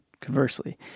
conversely